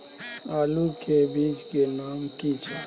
आलू के बीज के नाम की छै?